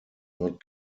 not